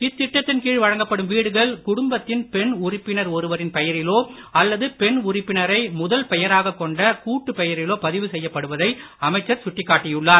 இத்திட்டத்தின் கீழ் வழங்கப்படும் வீடுகள் குடும்பத்தின் பெண் உறுப்பினர் ஒருவரின் பெயரிலோ அல்லது பெண் உறுப்பினரை முதல் பெயராக கொண்ட கூட்டு பெயரிலோ பதிவு செய்யப்படுவதை அமைச்சர் சுட்டிக்காட்டியுள்ளார்